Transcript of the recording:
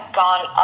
gone